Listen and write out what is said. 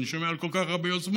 אני שומע על כל כך הרבה יוזמות,